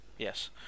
Yes